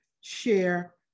share